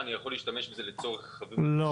אני יכול להשתמש בו לצורך שלפנינו.